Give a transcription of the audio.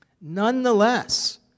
nonetheless